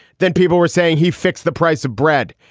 then people were saying he fixed the price of bread,